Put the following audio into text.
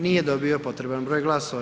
Nije dobio potreban broj glasova.